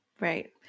Right